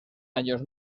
años